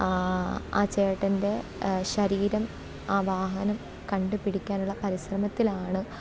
ആ ചേട്ടന്റെ ശരീരം ആ വാഹനം കണ്ടുപിടിക്കാനുള്ള പരിശ്രമത്തിലാണ്